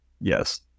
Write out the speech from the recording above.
Yes